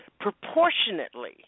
proportionately